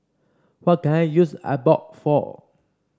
what can I use Abbott for